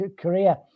Korea